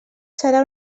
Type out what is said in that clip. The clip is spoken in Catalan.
serà